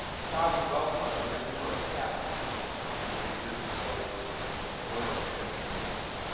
sovereign wealth funds are a new source of capital, just this twenty or thirty years ago it was some of the oil and energy producers.